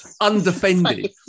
undefended